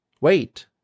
Wait